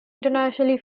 internationally